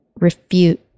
refute